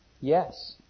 Yes